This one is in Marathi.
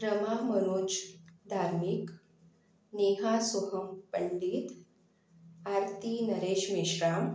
रमा मनोज धार्मिक नेहा सोहम पंडीत आरती नरेश मेश्राम